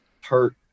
hurt